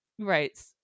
right